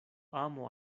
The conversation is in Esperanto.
amo